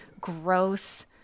gross